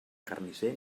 carnisser